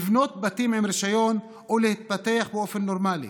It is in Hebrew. לבנות בתים עם רישיון ולהתפתח באופן נורמלי.